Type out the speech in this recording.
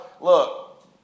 look